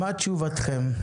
מה תשובתכם?